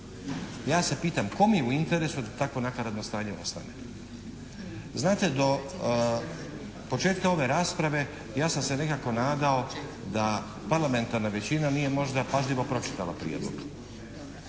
ja se pitam, kome je u interesu da tako nakaradno stanje ostane? Znate do početka ove rasprave ja sam se nekako nadao da parlamentarna većina nije možda pažljivo pročitala prijedlog.